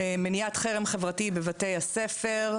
מניעת חרם חברתי בבתי-ספר,